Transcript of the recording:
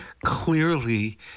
clearly